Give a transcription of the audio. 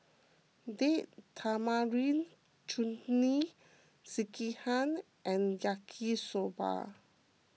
Date Tamarind Chutney Sekihan and Yaki Soba